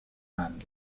and